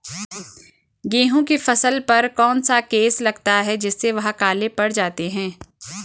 गेहूँ की फसल पर कौन सा केस लगता है जिससे वह काले पड़ जाते हैं?